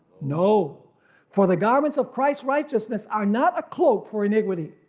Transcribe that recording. no for the garments of christ's righteousness are not a cloak for iniquity.